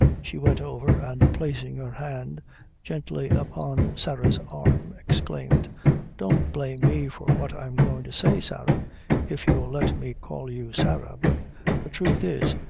she went over, and placing her hand gently upon sarah's arm, exclaimed don't blame me for what i'm goin' to say, sarah if you'll let me call you sarah but the truth is,